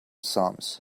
sums